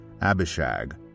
Abishag